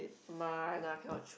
my no I cannot